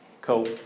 Cool